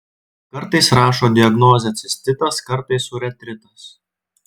kartais rašo diagnozę cistitas kartais uretritas